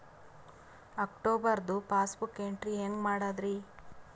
ಅಕ್ಟೋಬರ್ದು passbook entry ಹೆಂಗ್ ಮಾಡದ್ರಿ?